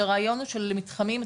שהרעיון הוא של מתחמים,